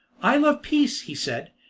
i love peace, he said,